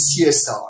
CSR